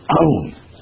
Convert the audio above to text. own